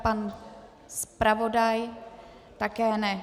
Pan zpravodaj také ne.